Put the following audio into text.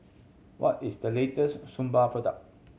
what is the latest Suu Balm product